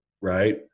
Right